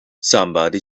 somebody